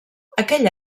aquell